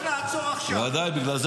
-- אבל את